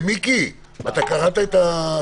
מיקי, אתה קראת את ההצעה?